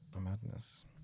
madness